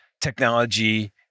technology